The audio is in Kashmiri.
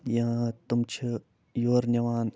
یا تِم چھِ یورٕ نِوان